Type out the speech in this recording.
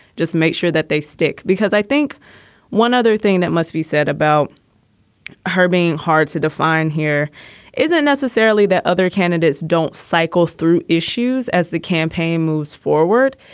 just make sure that they stick. because i think one other thing that must be said about her being hard to define here isn't necessarily that other candidates don't cycle through issues as the campaign moves forward,